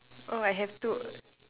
oh I have two